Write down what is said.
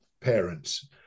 parents